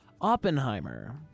Oppenheimer